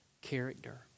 character